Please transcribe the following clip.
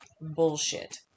bullshit